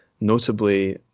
notably